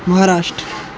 Maharashtra